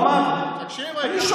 לא, אני אומר לך, לא אמר?